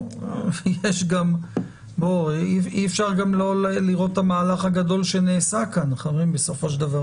אי אפשר גם לא לראות את המהלך הגדול שנעשה כאן בסופו של דבר,